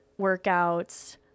workouts